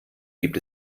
gibt